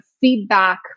feedback